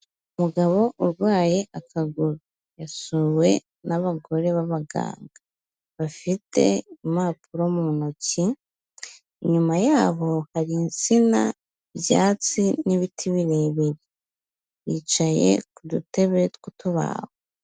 Umugabo urwaye akaguru, yasuwe n'abagore b'abaganga bafite impapuro mu ntoki, inyuma yabo hari insina, ibyatsi n'ibiti birebire, bicaye ku dutebe tw'utubaho.